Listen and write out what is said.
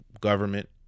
government